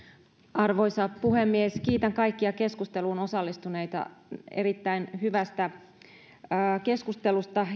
arvoisa puhemies kiitän kaikkia keskusteluun osallistuneita erittäin hyvästä keskustelusta